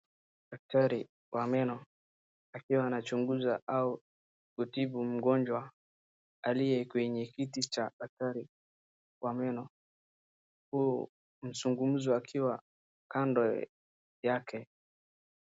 Daktari wa meno akiwa anachunguza au kutibu mgonjwa aliye kwenye kiti cha daktari wa meno huu mzungumzo akiwa kando yake.